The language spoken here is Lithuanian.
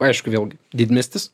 aišku vėlgi didmiestis